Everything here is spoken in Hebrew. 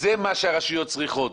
זה מה שהרשויות צריכות.